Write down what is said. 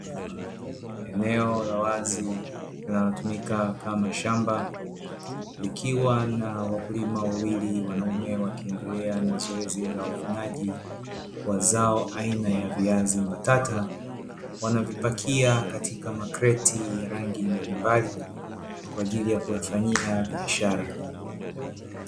Eneo la wazi linalotumika kama shamba likiwa na wakulima wawili wanaume wakiendelea na zoezi la uvunaji wa zao aina ya viazi mbatata, wanavipakia katika makreti ya rangi mbalimbali kwa ajili ya kuyafanyia biashara.